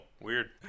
weird